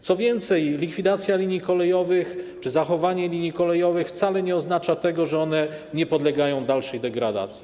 Co więcej, likwidacja czy zachowanie linii kolejowych wcale nie oznacza tego, że one nie podlegają dalszej degradacji.